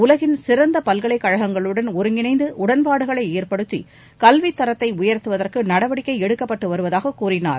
உலகின் சிறந்த பல்கலைக்கழகங்களுடன் ஒருங்கிணைந்து உடன்பாடுகளை ஏற்படுத்தி கல்வி தரத்தை உயர்த்துவதற்கு நடவடிக்கை எடுக்கப்பட்டு வருவதாக கூறினார்